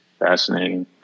Fascinating